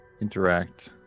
interact